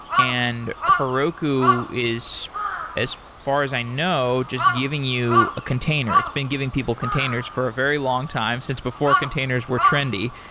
and heroku is as far as i know, just giving you a container. it's been giving people containers for a very longtime since before containers were trendy,